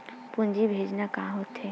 पूंजी भेजना का होथे?